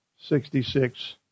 Sixty-six